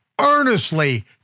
earnestly